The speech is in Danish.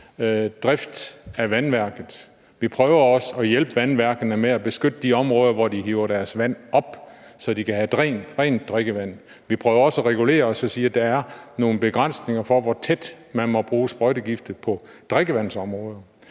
lokale vandværks drift. Vi prøver også at hjælpe vandværkerne med at beskytte de områder, hvor de hiver deres vand op, så de kan have rent drikkevand. Vi prøver også at regulere ved at sige, at der er nogle begrænsninger for, hvor tæt man må bruge sprøjtegifte på drikkevandsområder.